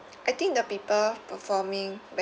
I think the people performing